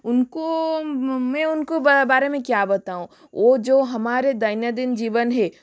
उनको मैं उनको बारे में क्या बताऊँ वह जो हमारे दैनंदिन जीवन है